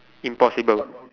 impossible